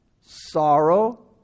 sorrow